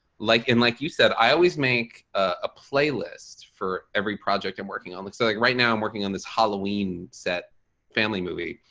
like in like you said, i always make a playlist for every project i'm working on looks so like right now i'm working on this halloween set family movie.